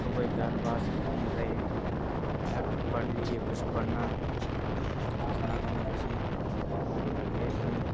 पढ़ी लिखियै कुछ बनना